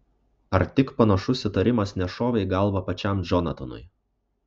ar tik panašus įtarimas nešovė į galvą pačiam džonatanui